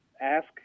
ask